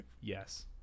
Yes